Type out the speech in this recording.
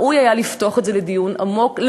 ראוי היה לפתוח את זה לדיון עמוק,